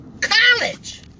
College